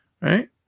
right